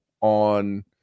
on